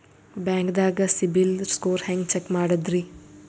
ಬ್ಯಾಂಕ್ದಾಗ CIBIL score ಹೆಂಗ್ check ಮಾಡದ್ರಿ?